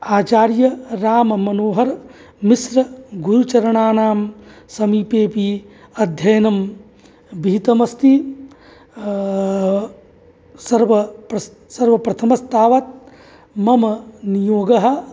आचार्यः राममनोहरमिस्रगुरुचरणानां समीपेऽपि अध्ययनं विहितमस्ति सर्व सर्वप्रथमस्तावत् मम नियोगः